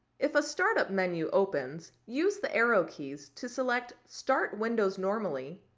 if a startup menu opens, use the arrow keys to select start windows normally,